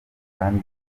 kandi